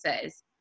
says